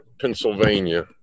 Pennsylvania